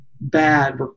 bad